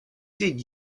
did